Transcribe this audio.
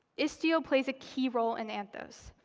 istio plays a key role in anthos.